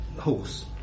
horse